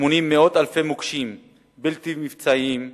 מאות אלפי מוקשים בלתי מבצעיים בשדות,